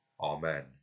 Amen